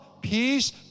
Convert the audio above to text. peace